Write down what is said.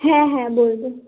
হ্যাঁ হ্যাঁ বলবো